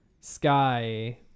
sky